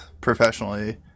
professionally